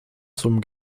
zum